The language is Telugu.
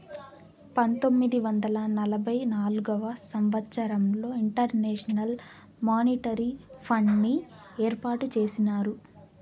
పంతొమ్మిది వందల నలభై నాల్గవ సంవచ్చరంలో ఇంటర్నేషనల్ మానిటరీ ఫండ్ని ఏర్పాటు చేసినారు